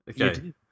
Okay